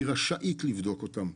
היא רשאית לבדוק אותם,